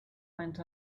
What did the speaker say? went